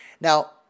now